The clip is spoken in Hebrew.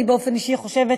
אני באופן אישי חושבת,